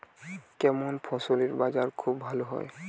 কেমন ফসলের বাজার খুব ভালো হয়?